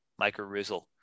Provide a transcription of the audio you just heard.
mycorrhizal